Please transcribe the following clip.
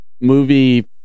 movie